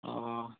অ